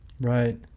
Right